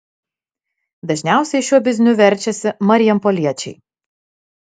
dažniausiai šiuo bizniu verčiasi marijampoliečiai